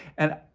and,